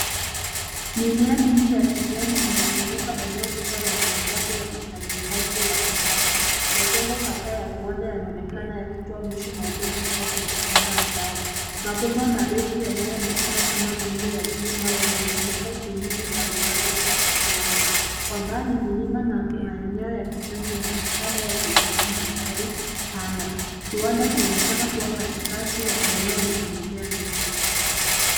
Mimea mingi ya kijani inazunguka eneo kubwa lenye mitambo ya usalishaji wa nishati ,majengo kadhaa ya viwanda yanaonekana yakitoa moshi mweupe kutoka kwenye bomba zao mabomba marefu yanayoonekana kama miundo ya chuma yameunganisha sehemu mbalimbali za kiwanda ,kwa mbali milima na maeneo ya kijani yanaonekana yakionyesha mandhari pana kiwanda kinaonekana kuwa katikati ya eneo lenye mimea mingi.